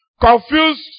confused